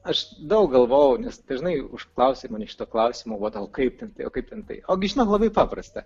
aš daug galvojau nes dažnai užklausia manęs šito klausimo o kaip tau kaip ten tai ogi žinok labai paprasta